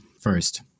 first